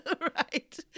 Right